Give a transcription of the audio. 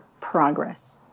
progress